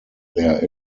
there